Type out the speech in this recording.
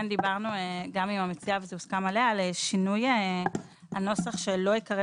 כן דיברו גם עם המציעה והוסכם עליה שינוי הנוסח שלא ייקרא